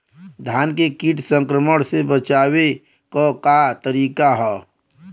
धान के कीट संक्रमण से बचावे क का तरीका ह?